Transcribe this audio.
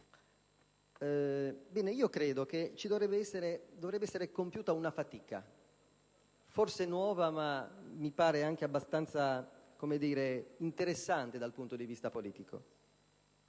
Credo che dovrebbe essere compiuta una fatica, forse nuova, ma - mi pare - anche abbastanza interessante dal punto di vista politico.